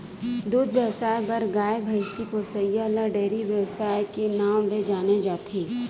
दूद बेवसाय बर गाय, भइसी पोसइ ल डेयरी बेवसाय के नांव ले जाने जाथे